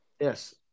Yes